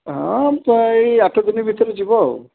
ହଁ ପ୍ରାୟ ଆଠଦିନ ଭିତରେ ଯିବ ଆଉ